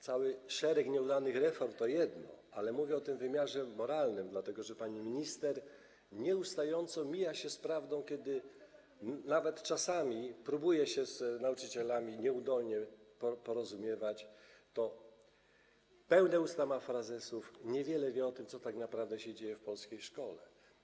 Cały szereg nieudanych reform to jedno, ale mówię o tym wymiarze moralnym, dlatego że pani minister nieustająco mija się z prawdą, a kiedy nawet czasami próbuje się z nauczycielami nieudolnie porozumiewać, to usta ma pełne frazesów, niewiele wie o tym, co tak naprawdę się dzieje w polskiej szkole.